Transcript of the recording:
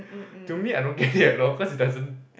to me I don't get it at all cause it doesn't